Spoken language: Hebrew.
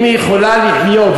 אם היא יכולה לחיות,